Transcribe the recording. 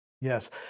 Yes